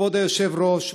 כבוד היושב-ראש,